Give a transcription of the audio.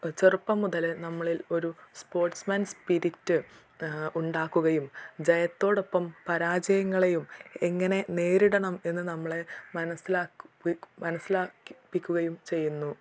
ചെറുപ്പം മുതലേ നമ്മളിൽ ഒരു സ്പോർട്സ് മാൻ സ്പിരിറ്റ് ഉണ്ടാക്കുകയും ജയത്തോടൊപ്പം പരാജയങ്ങളെയും എങ്ങനെ നേരിടണം എന്ന് നമ്മളെ മനസ്സിലാക്കി മനസ്സിലാക്കിപ്പിക്കുകയും ചെയ്യുന്നു